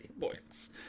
points